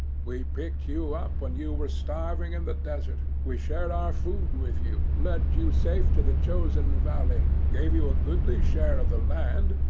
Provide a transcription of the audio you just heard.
we picked you up when you were starving in the desert, we shared our food with you, led you safe to the chosen valley, gave you a goodly share of land,